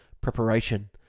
Preparation